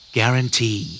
Guarantee